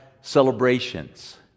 celebrations